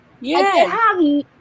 yes